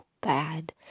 bad